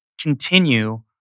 continue